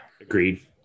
Agreed